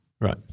right